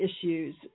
issues